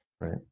Right